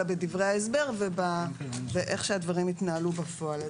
אלא בדברי ההסבר ואיך שהדברים יתנהלו בפועל.